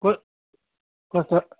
को